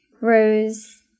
rose